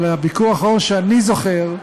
אבל הביקור האחרון שאני זוכר,